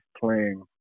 playing